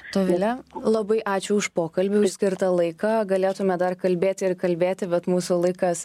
dovile labai ačiū už pokalbį už skirtą laiką galėtume dar kalbėti ir kalbėti bet mūsų laikas